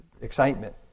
excitement